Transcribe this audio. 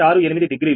68 degree